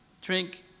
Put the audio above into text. drink